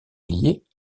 liées